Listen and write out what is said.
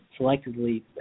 selectively